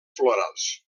florals